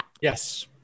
Yes